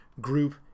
group